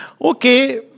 okay